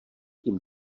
tím